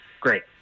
Great